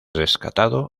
rescatado